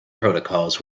protocols